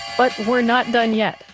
but we're not done yet.